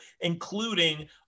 including